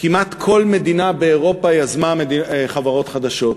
כמעט כל מדינה באירופה יזמה חברות חדשות,